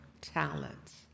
talents